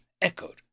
echoed